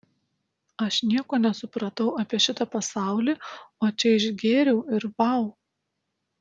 aš nieko nesupratau apie šitą pasaulį o čia išgėriau ir vau